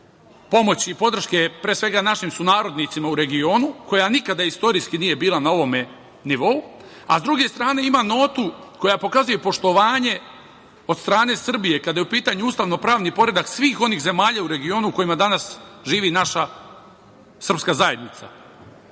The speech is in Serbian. pomoći i podrške, pre svega, našim sunarodnicima u regionu, koja nikada istorijski nije bila na ovome nivou, a s druge strane, ima notu koja pokazuje poštovanje od strane Srbije, kada je u pitanju ustavno-pravni poredak svih onih zemalja u regionu u kojima danas živi naša srpska zajednica.